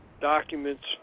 documents